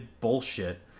bullshit